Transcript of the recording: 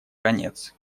конец